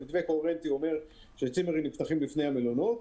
המתווה הקוהרנטי אומר שהצימרים נפתחים לפני המלונות,